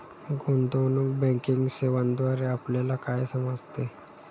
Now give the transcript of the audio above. गुंतवणूक बँकिंग सेवांद्वारे आपल्याला काय समजते?